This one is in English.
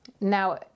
Now